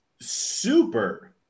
Super